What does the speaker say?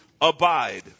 abide